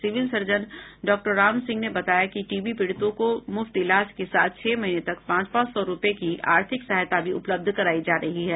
civil surgeon doctor Ram Singh ने बताया कि टीबी पीड़ितों को मुफ्त इलाज के साथ छह महीने तक पांच पांच सौ रूपये की आर्थिक सहायता भी उपलब्ध कराई जा रही है